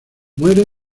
muere